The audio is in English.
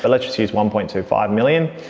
but let's just use one point two five million.